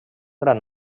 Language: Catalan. gran